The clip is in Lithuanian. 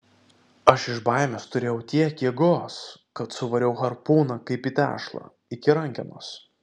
aš iš baimės turėjau tiek jėgos kad suvariau harpūną kaip į tešlą iki rankenos